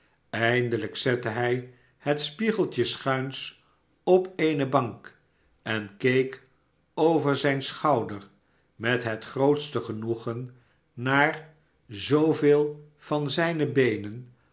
eindelijk zette hij het spiegeltje schuins op eene bank en keek over zijn schouder met het grootste genoegen naar zooveel van zijne beenen